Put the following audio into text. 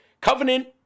Covenant